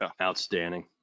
Outstanding